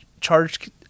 charged